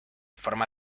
forma